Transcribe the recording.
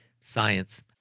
science